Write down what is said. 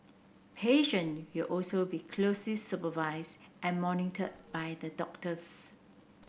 patient will also be supervised and monitored by the doctors